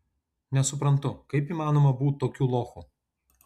nesuprantu kaip įmanoma būt tokiu lochu